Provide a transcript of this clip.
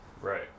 Right